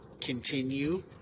continue